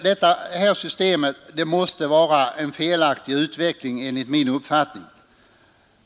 Detta system måste vara en felaktig utveckling, enligt min uppfattning.